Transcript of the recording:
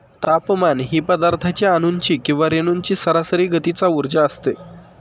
तापमान ही पदार्थाच्या अणूंची किंवा रेणूंची सरासरी गतीचा उर्जा असते